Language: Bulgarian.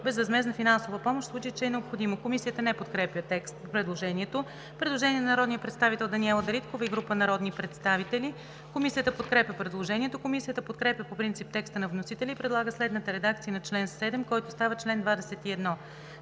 безвъзмездна финансова помощ в случай, че е необходимо.“ Комисията не подкрепя предложението. Предложение от Даниела Дариткова и група народни представители. Комисията подкрепя предложението. Комисията подкрепя по принцип текста на вносителя и предлага следната редакция на чл. 7, който става чл. 21: